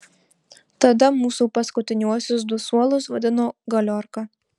tada mūsų paskutiniuosius du suolus vadino galiorka